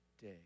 day